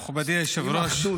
מכובדי היושב-ראש -- שמה?